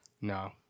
No